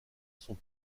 sont